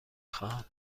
خواهم